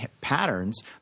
patterns